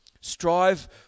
Strive